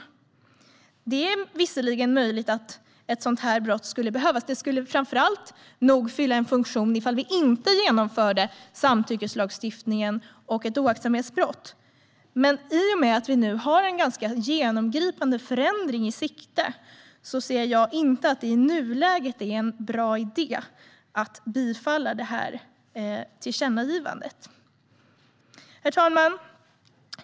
Det är visserligen möjligt att ett sådant här brott skulle behövas - det skulle nog framför allt fylla en funktion om vi inte genomförde samtyckeslagstiftningen och ett oaktsamhetsbrott. Men i och med att vi nu har en ganska genomgripande förändring i sikte ser jag inte att det i nuläget är en bra idé att bifalla det här tillkännagivandet. Herr talman!